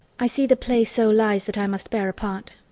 i see the play so lies that i must bear a part.